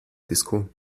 disco